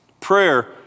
Prayer